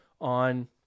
on